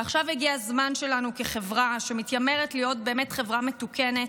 ועכשיו הגיע הזמן שלנו כחברה שמתיימרת להיות באמת חברה מתוקנת,